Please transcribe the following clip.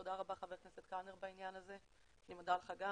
תודה רבה ח"כ קלנר בעניין הזה, אני מודה לך גם.